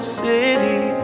city